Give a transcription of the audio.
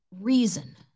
reason